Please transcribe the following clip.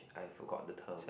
I forgot the term